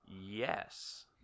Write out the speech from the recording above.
Yes